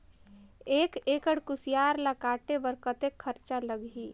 एक एकड़ कुसियार ल काटे बर कतेक खरचा लगही?